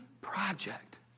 Project